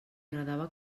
agradava